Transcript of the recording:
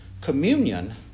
Communion